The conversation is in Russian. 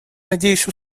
надеюсь